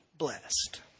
blessed